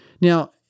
Now